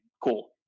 Cool